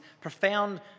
profound